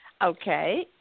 Okay